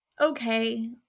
okay